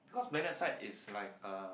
because PlanetSide is like uh